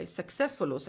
successful